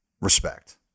respect